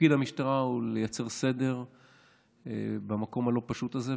תפקיד המשטרה הוא לייצר סדר במקום הלא-פשוט הזה,